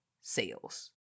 sales